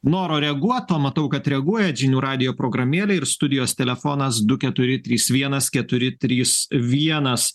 noro reaguot o matau kad reaguojat žinių radijo programėlė ir studijos telefonas du keturi trys vienas keturi trys vienas